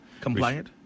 Compliant